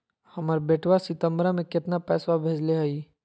हमर बेटवा सितंबरा में कितना पैसवा भेजले हई?